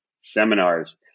seminars